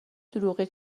دروغی